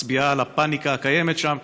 מצביעה על הפניקה הקיימת שם.